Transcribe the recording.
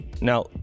now